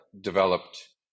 developed